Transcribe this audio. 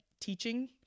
teaching